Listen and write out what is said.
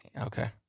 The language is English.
okay